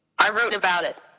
i wrote about it.